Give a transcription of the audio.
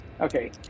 Okay